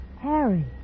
Harry